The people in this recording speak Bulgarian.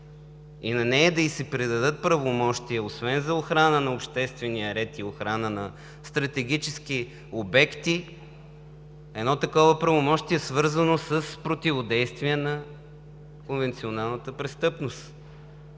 и на нея да ѝ се придадат правомощия, освен за охрана на обществения ред, и охрана на стратегически обекти?! Едно такова правомощие е свързано с противодействие на конвенционалната престъпност.